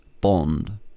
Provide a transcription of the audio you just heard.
bond